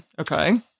Okay